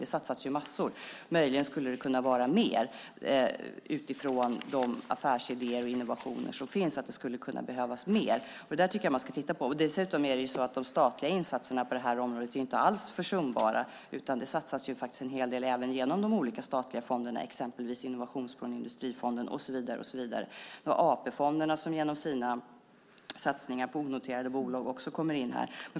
Det satsas massor. Möjligen skulle det kunna behövas mer utifrån de affärsidéer och innovationer som finns. Det tycker jag att man ska titta på. Dessutom är de statliga insatserna på det här området inte alls försumbara. Det satsas en hel del även genom de olika statliga fonderna. Det gäller exempelvis Innovationsfonden och Industrifonden, och så vidare. Vi har AP-fonderna som också kommer in här genom sina satsningar på onoterade bolag.